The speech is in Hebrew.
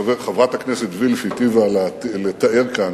חברת הכנסת וילף היטיבה לתאר כאן